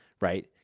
right